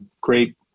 great